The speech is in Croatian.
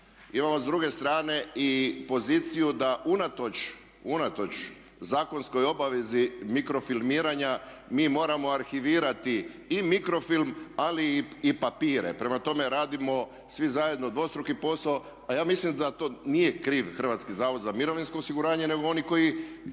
Imamo s druge strane i poziciju da unatoč, unatoč zakonskoj obavezi mikrofilmiranja mi moramo arhivirati i mikrofilm ali i papire. Prema tome radimo svi zajedno dvostruki posao a ja mislim da za to nije kriv HZMO nego oni koji prave zakone a